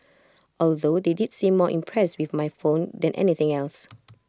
although they did seem more impressed with my phone than anything else